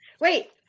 Wait